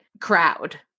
crowd